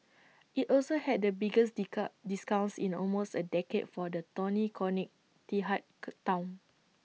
IT also had the biggest discounts in almost A decade for the tony Town